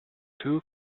two